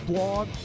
Blog